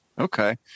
Okay